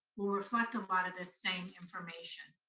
will reflect a lot of the same information.